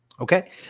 Okay